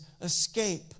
escape